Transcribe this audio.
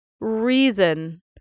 reason